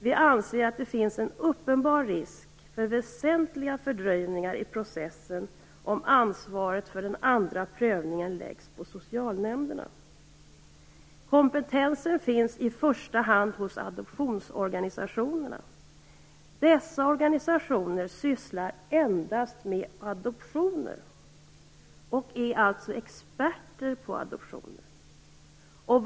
Vi anser att det finns en uppenbar risk för väsentliga fördröjningar i processen, om ansvaret för den andra prövningen läggs på socialnämnderna. Kompetensen finns i första hand hos adoptionsorganisationerna. Dessa organisationer sysslar endast med adoptioner, så de är alltså experter på adoptioner.